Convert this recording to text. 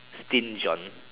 stinge on